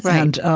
and